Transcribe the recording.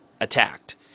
attacked